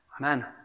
Amen